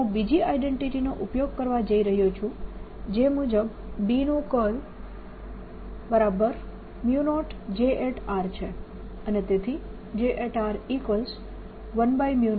તેથી હું બીજી આઇડેન્ટિટી નો ઉપયોગ કરવા જઈ રહ્યો છું જે મુજબ B નું કર્લ B0 J છે અને તેથી J10 થશે